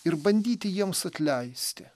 ir bandyti jiems atleisti